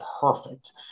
perfect